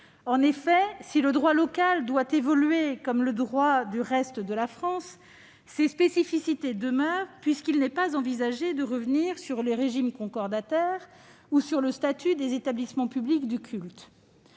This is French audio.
En effet, si le droit local doit évoluer comme celui du reste de la France, ses spécificités demeurent, puisqu'il n'est pas envisagé de revenir sur le régime concordataire ni sur le statut des établissements publics du culte.